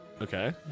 Okay